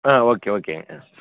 ஆ okay ஓகேங்க ஆ